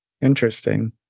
Interesting